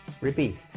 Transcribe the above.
Repeat